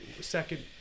second